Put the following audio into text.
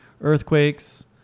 earthquakes